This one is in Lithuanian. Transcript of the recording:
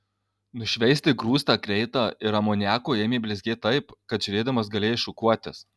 nušveisti grūsta kreida ir amoniaku ėmė blizgėti taip kad žiūrėdamas galėjai šukuotis